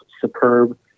superb